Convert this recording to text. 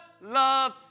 love